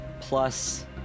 plus